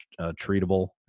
treatable